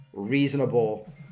reasonable